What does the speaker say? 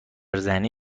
زنی